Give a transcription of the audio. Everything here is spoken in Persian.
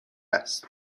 است